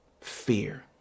fear